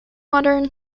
modern